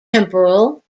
temporal